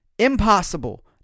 impossible